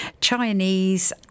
Chinese